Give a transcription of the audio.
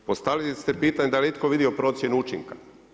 Postavili ste pitanje da li je itko vidio procjenu učinka.